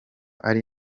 ari